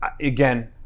again